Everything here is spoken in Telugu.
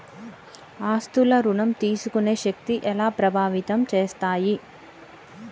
ఆస్తుల ఋణం తీసుకునే శక్తి ఎలా ప్రభావితం చేస్తాయి?